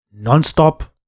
nonstop